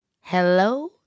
hello